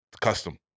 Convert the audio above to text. custom